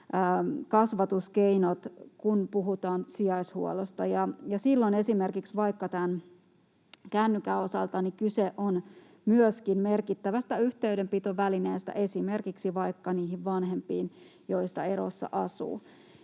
sitten, kun puhutaan sijaishuollosta. Silloin vaikka tämän kännykän osalta kyse on myöskin merkittävästä yhteydenpitovälineestä esimerkiksi vanhempiin, joista erossa asuu.